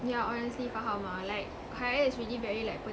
yeah honestly faham ah like hari raya is very like pen~